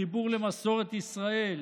חיבור למסורת ישראל,